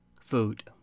food